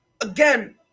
again